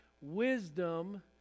wisdom